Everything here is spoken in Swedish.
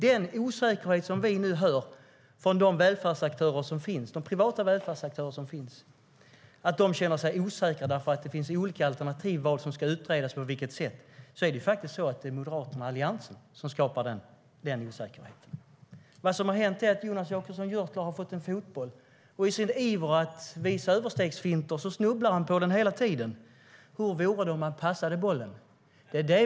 Den osäkerhet vi nu hör om från de privata välfärdsaktörer som finns, att de känner sig osäkra för att det finns olika alternativ för vad som ska utredas och på vilket sätt, är det Moderaterna och Alliansen som skapar. Jonas Jacobsson Gjörtler har fått en fotboll. I sin iver att visa överstegsfinter snubblar han hela tiden på den. Hur vore det om han passade bollen?